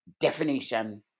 definition